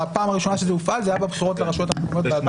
בפעם הראשונה שזה הופעל זה היה בבחירות לרשויות המקומיות ב-2018.